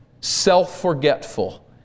self-forgetful